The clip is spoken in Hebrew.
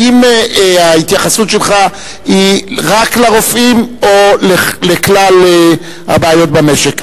האם ההתייחסות שלך היא רק לרופאים או לכלל הבעיות במשק?